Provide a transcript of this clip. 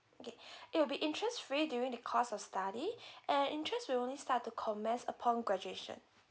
okay it will be interest free during the course of study and interest will only start to commence upon graduation